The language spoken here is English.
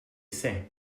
say